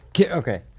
Okay